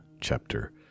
chapter